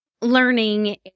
learning